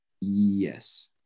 Yes